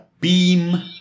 Beam